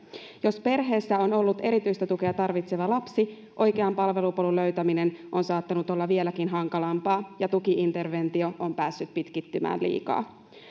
jos perheessä on ollut erityistä tukea tarvitseva lapsi oikean palvelupolun löytäminen on saattanut olla vieläkin hankalampaa ja tuki interventio on päässyt pitkittymään liikaa